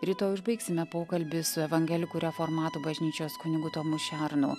rytoj užbaigsime pokalbį su evangelikų reformatų bažnyčios kunigu tomu šernu